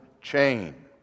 chain